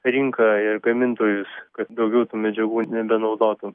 rinką ir gamintojus kad daugiau tų medžiagų nebenaudotų